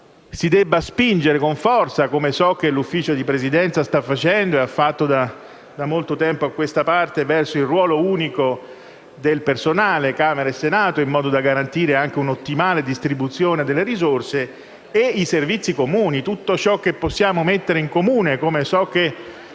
si debba spingere con forza, come so che il Consiglio di Presidenza sta facendo e ha fatto da molto tempo a questa parte, verso il ruolo unico del personale di Camera e Senato, in modo da garantire un'ottimale distribuzione delle risorse tra i servizi comuni: tutto ciò che può essere messo in comune, come so che